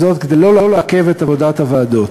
כדי שלא לעכב את עבודת הוועדות.